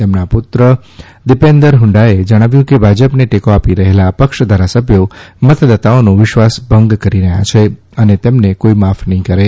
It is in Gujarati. તેમના પુત્ર દીપેન્દર હડાએ જણાવ્યું કે ભાજપને ટેકો આપી રહેલા અપક્ષ ધારાસભ્યો મતદાતાઓનો વિશ્વાસ ભંગ કરી રહ્યા છે અને તેમને કોઈ માફ નહીં કરે